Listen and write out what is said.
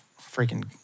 freaking